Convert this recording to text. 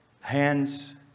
hands